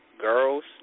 girls